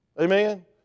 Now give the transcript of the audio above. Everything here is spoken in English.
Amen